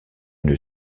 une